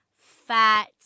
fat